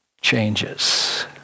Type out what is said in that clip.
changes